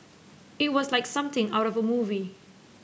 it was like something out of a movie